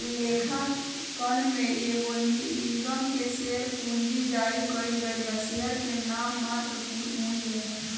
लेखांकन में एगो निगम के शेयर पूंजी जारी कईल गईल शेयर के नाममात्र मूल्य ह